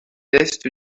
est